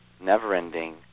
never-ending